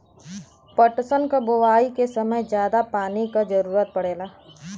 पटसन क बोआई के समय जादा पानी क जरूरत पड़ेला